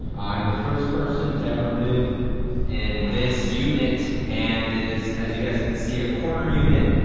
i'm the first person to ever live in this unit and it is as you guys can see, a corner unit.